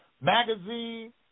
magazine